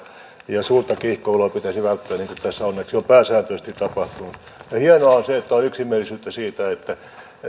ja suurta kiihkoilua pitäisi välttää niin kuin tässä onneksi on pääsääntöisesti tapahtunut hienoa on se että on yksimielisyyttä siitä että